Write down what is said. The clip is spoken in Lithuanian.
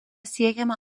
siekiama